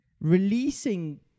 releasing